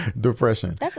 depression